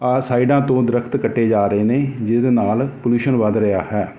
ਆਹ ਸਾਈਡਾਂ ਤੋਂ ਦਰਖਤ ਕੱਟੇ ਜਾ ਰਹੇ ਨੇ ਜਿਹਦੇ ਨਾਲ ਪਲਿਊਸ਼ਨ ਵੱਧ ਰਿਹਾ ਹੈ